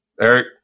Eric